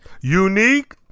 Unique